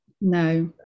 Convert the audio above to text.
No